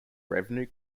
revenue